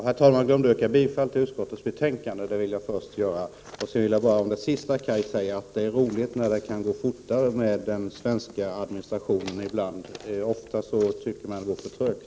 Herr talman! Jag glömde yrka bifall till utskottets hemställan, så det vill jag göra nu. Sedan vill jag säga beträffande det sista Kaj Nilsson sade att det är roligt att den svenska administrationen ibland kan arbeta fort. Ofta tycker man att det går för trögt.